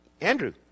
Andrew